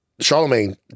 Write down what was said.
Charlemagne